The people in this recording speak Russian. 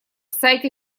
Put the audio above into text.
сайте